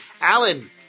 Alan